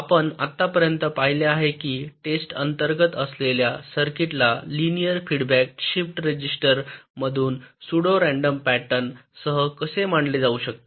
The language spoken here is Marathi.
आपण आतापर्यंत पाहिले आहे की टेस्ट अंतर्गत असलेल्या सर्किटला लिनिअर फीडबॅक शिफ्ट रेजिस्टर मधून सुडो रँडम पॅटर्न सह कसे मांडले जाऊ शकते